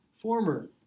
former